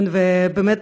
באמת,